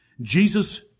Jesus